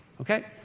Okay